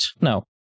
No